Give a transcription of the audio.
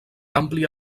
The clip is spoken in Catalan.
àmplia